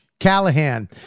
Callahan